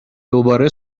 دوباره